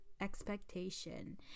expectation